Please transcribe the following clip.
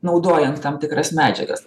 naudojant tam tikras medžiagas